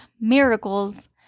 Miracles